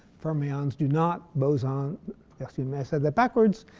fermions do not, bosons excuse me, i said that backwards.